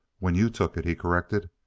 when you took it, he corrected.